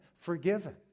forgiven